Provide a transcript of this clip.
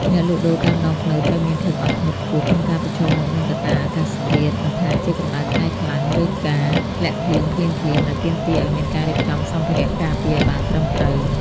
អ្នកលក់ដូរតាមដងផ្លូវត្រូវមានភាពអត់ធ្មត់ខ្ពស់ក្នុងការប្រឈមមុខនឹងកត្តាអាកាសធាតុ មិនថាជាកម្ដៅថ្ងៃខ្លាំង ឬការធ្លាក់ភ្លៀងភ្លាមៗ ដែលទាមទារឱ្យមានការរៀបចំសម្ភារៈការពារឱ្យបានត្រឹមត្រូវ។